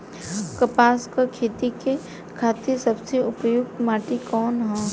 कपास क खेती के खातिर सबसे उपयुक्त माटी कवन ह?